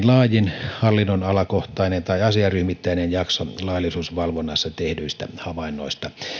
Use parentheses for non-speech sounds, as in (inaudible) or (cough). (unintelligible) laajin hallinnonalakohtainen tai asiaryhmittäinen jakso laillisuusvalvonnassa tehdyistä havainnoista